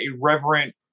irreverent